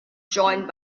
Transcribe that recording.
joined